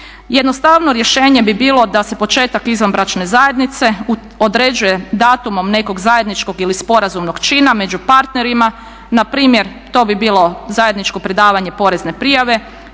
Jednostavno rješenje bi bilo da se početak izvanbračne zajednice određuje datumom nekog zajedničkog ili sporazumnog čina među partnerima. Na primjer to bi bilo zajedničko predavanje porezne prijave,